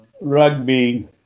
Rugby